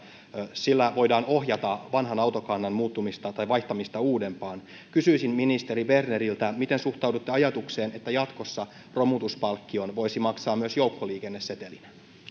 sillä voidaan ohjata vanhan autokannan muuttumista tai vaihtamista uudempaan kysyisin ministeri berneriltä miten suhtaudutte ajatukseen että jatkossa romutuspalkkion voisi maksaa myös joukkoliikennesetelinä